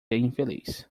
infeliz